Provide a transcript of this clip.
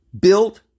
built